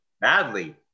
Badly